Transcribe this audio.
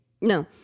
No